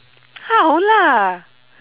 how lah